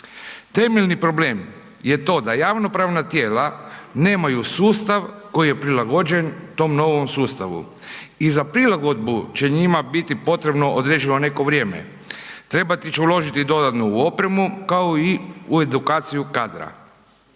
Temeljni problem je to da javnopravna tijela, nemaju sustav koji je prilagođen tom novom sustavu. I za prilagodbu će njima biti potrebno određeno neko vrijeme. Trebati će uložiti dodatno u opremu, kao i u edukaciju kadra.